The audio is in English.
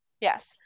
Yes